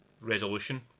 resolution